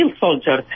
soldier